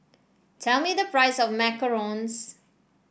tell me the price of Macarons